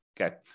Okay